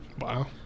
Wow